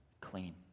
clean